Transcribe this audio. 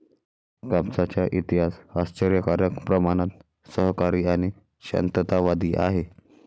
कापसाचा इतिहास आश्चर्यकारक प्रमाणात सहकारी आणि शांततावादी आहे